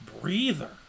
breather